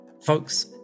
Folks